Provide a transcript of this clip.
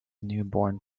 newborn